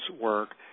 work